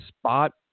spot